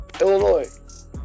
Illinois